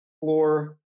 floor